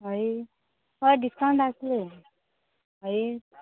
हयी हय डिस्कावंट आसतलें हयी